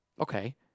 Okay